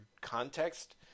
context